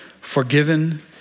forgiven